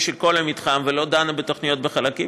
של כל המתחם ולא דנה בתוכניות בחלקים,